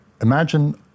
imagine